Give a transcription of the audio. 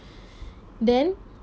then